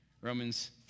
Romans